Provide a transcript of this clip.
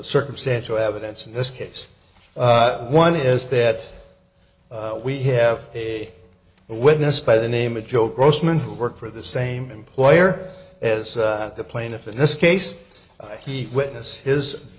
circumstantial evidence in this case one is that we have a witness by the name of joe grossman who worked for the same employer as the plaintiff in this case he witnessed his